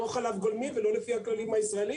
לא חלב גולמי ולא לפי הכללים הישראלים,